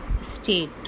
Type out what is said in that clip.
state